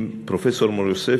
עם פרופסור מור-יוסף,